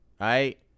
right